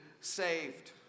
saved